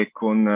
con